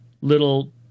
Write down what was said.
little